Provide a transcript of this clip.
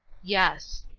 yes.